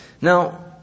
Now